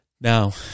Now